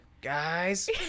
Guys